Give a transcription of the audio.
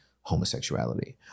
homosexuality